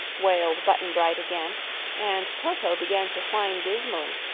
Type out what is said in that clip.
wailed button-bright again and toto began to whine dismally,